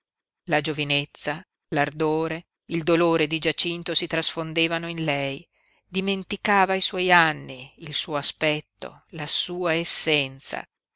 la giovinezza l'ardore il dolore di giacinto si trasfondevano in lei dimenticava i suoi anni il suo aspetto la sua essenza